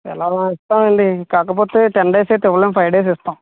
ఎలానో ఇస్తాము అండి కాకపోతే టెన్ డేస్ అయితే ఇవ్వలేము ఫైవ్ డేస్ ఇస్తాము